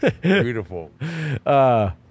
Beautiful